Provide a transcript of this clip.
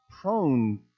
prone